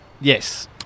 Yes